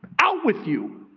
out with you.